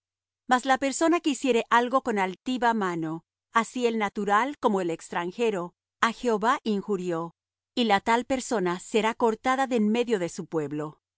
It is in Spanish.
mas la persona que hiciere algo con altiva mano así el natural como el extranjero á jehová injurió y la tal persona será cortada de en medio de su pueblo